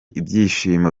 ibyishimo